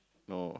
no